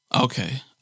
Okay